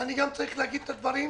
ואני גם צריך להגיד את הדברים